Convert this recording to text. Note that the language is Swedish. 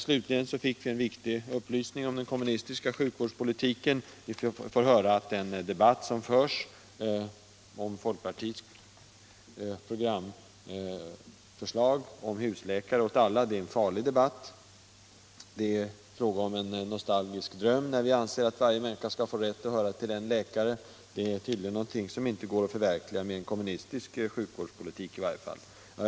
Slutligen fick vi en viktig upplysning om den kommunistiska sjukvårdspolitiken. Vi fick höra att den debatt som förs om folkpartiets programförslag om husläkare åt alla är en farlig debatt och att det är fråga om en nostalgisk dröm när vi anser att varje människa skall få rätt att höra till en läkare. Det är tydligen någonting som inte går att förverkliga med en kommunistisk sjukvårdspolitik i varje fall.